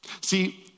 See